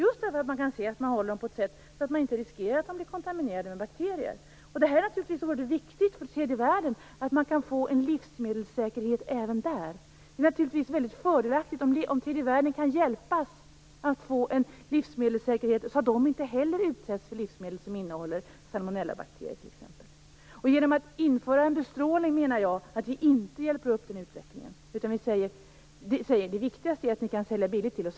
Man behandlar dem på ett sådant sätt att man inte riskerar att de blir kontaminerade med bakterier. Det är oerhört viktigt för tredje världen att man kan få en livsmedelssäkerhet även där. Det är mycket fördelaktigt om tredje världen kan hjälpas att få en livsmedelssäkerhet som gör att man inte heller där utsätts för livsmedel som t.ex. innehåller salmonellabakterier. Jag menar att vi inte hjälper den utvecklingen genom att införa bestrålning. Då säger vi: Det viktigaste är att ni kan sälja billigt till oss.